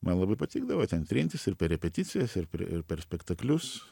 man labai patikdavo ten trintis ir per repeticijas ir per ir per spektaklius